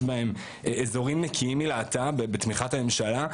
בהם אזורים נקיים מלהט"ב בתמיכת הממשלה,